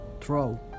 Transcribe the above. Throw